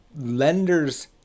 lenders